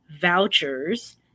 vouchers